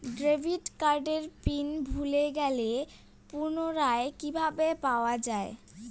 Debit কার্ডের pin ভুলে গেলে পুনরায় কিভাবে পাওয়া য়ায়?